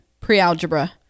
pre-algebra